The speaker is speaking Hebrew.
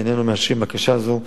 איננו מאשרים בקשה זו.